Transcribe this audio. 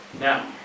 Now